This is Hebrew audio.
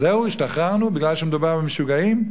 אז זהו, השתחררנו מפני שמדובר במשוגעים?